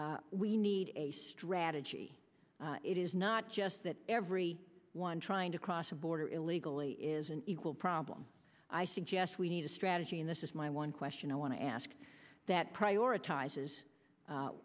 this we need a strategy it is not just that every one trying to cross the border illegally is an equal problem i suggest we need a strategy in this my one question i want to ask that prioritize